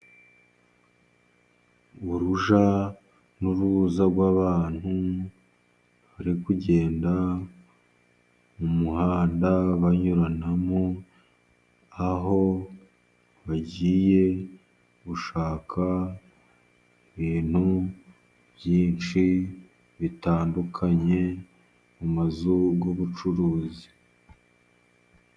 Urujya n'uruza rw'abantu bari kugenda mu muhanda banyuranamo, aho bagiye gushaka ibintu byinshi bitandukanye mu mazu y'ubucuruzi.